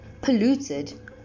polluted